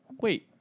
Wait